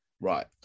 right